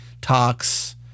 talks